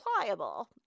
pliable